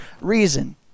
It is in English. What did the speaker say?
reason